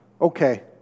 Okay